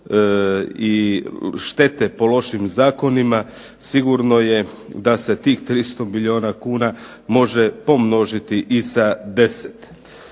i štete po lošim zakonima, sigurno je da se tih 300 milijuna kuna može pomnožiti i sa 10.